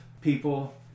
people